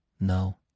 No